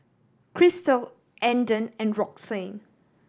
Christel Andon and Roxann